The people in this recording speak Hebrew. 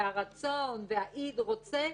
והרצון והאיד רוצה,